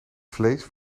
vlees